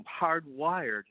hardwired